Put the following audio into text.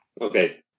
Okay